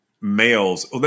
males